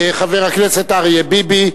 חבר הכנסת אריה ביבי.